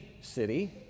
city